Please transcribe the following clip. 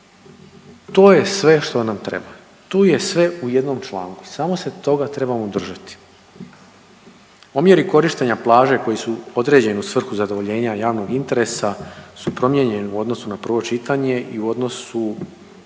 To je sve što nam treba. Tu je sve u jednom članku samo se toga trebamo držati. Omjeri korištenja plaže koji su određeni u svrhu zadovoljenja javnog interesa su promijenjeni u odnosu na prvo čitanje i u odnosu